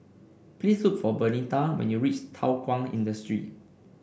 please look for Bernita when you reach Thow Kwang Industry